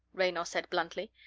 raynor said bluntly.